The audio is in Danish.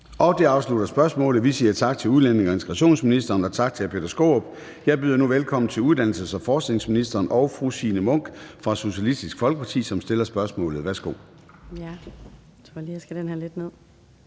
Det afslutter spørgsmålet. Vi siger tak til udlændinge- og integrationsministeren og tak til hr. Peter Skaarup. Jeg byder nu velkommen til uddannelses- og forskningsministeren og fru Signe Munk fra Socialistisk Folkeparti, som stiller spørgsmålet. Kl.